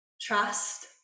trust